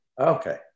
Okay